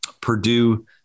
Purdue